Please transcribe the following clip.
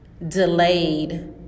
delayed